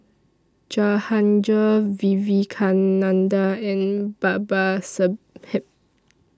Jahangir Vivekananda and Babasaheb